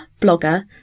blogger